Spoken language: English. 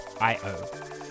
io